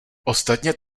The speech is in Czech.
ostatně